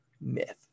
myth